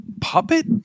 puppet